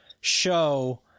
show